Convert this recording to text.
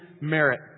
merit